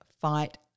fight